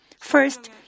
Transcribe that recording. First